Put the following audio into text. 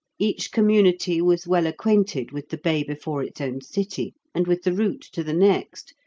each community was well acquainted with the bay before its own city, and with the route to the next,